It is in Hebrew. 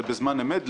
זה בזמן אמת.